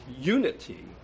unity